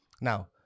Now